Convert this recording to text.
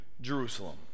Jerusalem